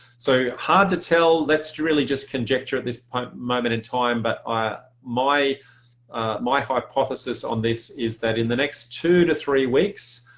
so hard to tell that's really just conjecture at this moment in time. but ah my my hypothesis on this is that, in the next two to three weeks,